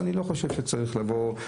בנוסף,